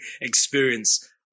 experience